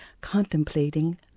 contemplating